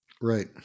Right